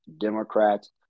Democrats